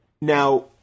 Now